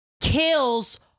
kills